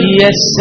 yes